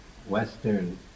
Western